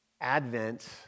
Advent